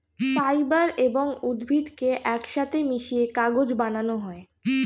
fibre এবং উদ্ভিদকে একসাথে মিশিয়ে কাগজ বানানো হয়